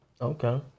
Okay